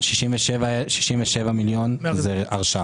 67 מיליון ש"ח זה הרשאה.